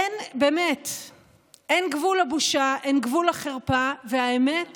אין גבול לבושה, אין